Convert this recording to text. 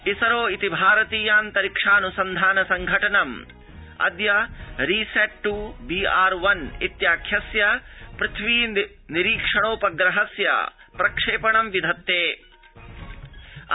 इसरो इति भारतीयान्तरिक्षाऽनुसन्धान संघटनम् अद्य RISAT two B R one इत्याख्यस्य पृथिवी निरीक्षणोपग्रहस्य प्रक्षपणं विधास्यति